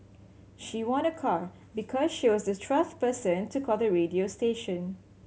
she won a car because she was the twelfth person to call the radio station